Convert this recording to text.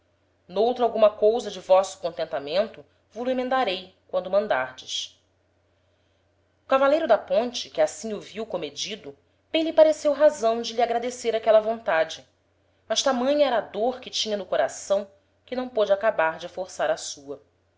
namorado n'outra alguma cousa de vosso contentamento vo lo emendarei quando mandardes o cavaleiro da ponte que assim o viu comedido bem lhe pareceu razão de lhe agradecer aquela vontade mas tamanha era a dôr que tinha no coração que não pôde acabar de forçar a sua